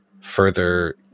further